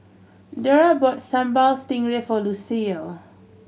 dora bought Sambal Stingray for Lucille